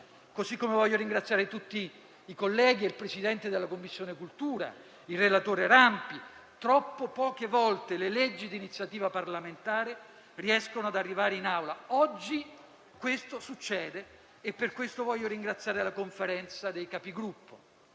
così come voglio ringraziare i colleghi e il Presidente della Commissione cultura, e poi il relatore Rampi. Troppe poche volte le leggi di iniziativa parlamentare riescono ad arrivare in Aula; oggi questo succede e per questo voglio ringraziare la Conferenza dei Capigruppo.